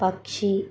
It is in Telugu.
పక్షి